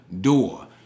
door